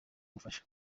ubufasha